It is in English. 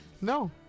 No